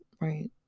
right